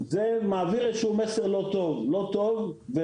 זה מעביר איזשהו מסר לא טוב ולא מקובל.